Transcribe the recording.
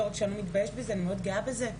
לא רק שאני לא אתבייש בזה, אני מאוד גאה בזה.